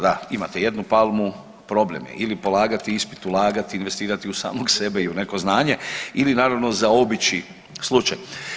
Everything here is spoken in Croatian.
Da imate 1 palmu, problem je ili polagati ispit, ulagati, investirati u samog sebe i u neko znanje ili naravno zaobići slučaj.